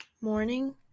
morning